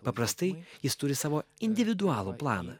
paprastai jis turi savo individualų planą